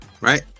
Right